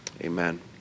Amen